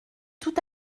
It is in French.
tout